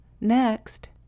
next